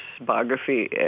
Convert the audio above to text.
biography